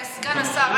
אדוני סגן השר,